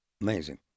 Amazing